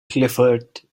clifford